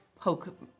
poke